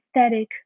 aesthetic